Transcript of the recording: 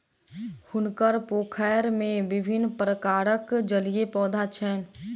हुनकर पोखैर में विभिन्न प्रकारक जलीय पौधा छैन